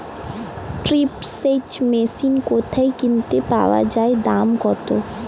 Drip সেচ machine কোথায় কিনতে পাওয়া যায় দাম কত?